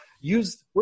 use